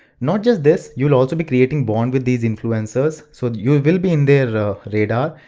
not just this, you'll also be creating bonds with these influencers, so you will be in their ah radar,